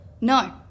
No